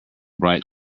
bright